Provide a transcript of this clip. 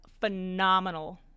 phenomenal